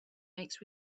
makes